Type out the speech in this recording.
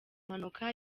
mpanuka